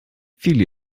viele